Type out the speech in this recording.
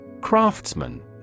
Craftsman